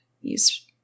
use